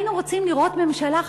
היינו רוצים לראות ממשלה,